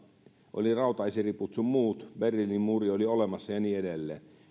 oli rautaesiriput sun muut berliinin muuri oli olemassa ja niin edelleen